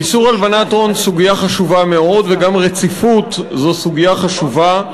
איסור הלבנת הון הוא סוגיה חשובה מאוד וגם רציפות זו סוגיה חשובה.